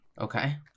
Okay